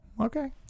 Okay